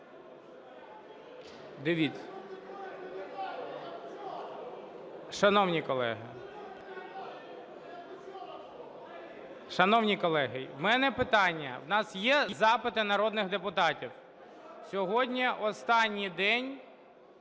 "Різне". Шановні колеги! Шановні колеги, у мене питання. У нас є запити народних депутатів, сьогодні останній день